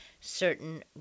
certain